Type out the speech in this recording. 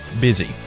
busy